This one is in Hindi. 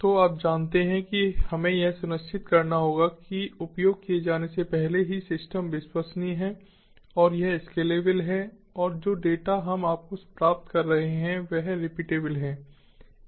तो आप जानते हैं कि हमें यह सुनिश्चित करना होगा कि उपयोग किए जाने से पहले ही सिस्टम विश्वसनीय है और यह स्केलेबल है और जो डेटा हम आपको प्राप्त कर रहे हैं वह रिपीटेबल है